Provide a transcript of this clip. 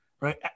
Right